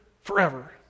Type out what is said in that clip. forever